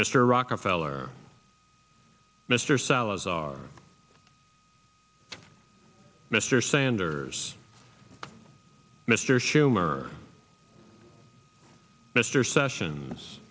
mr rockefeller mr salazar mr sanders mr schumer mr sessions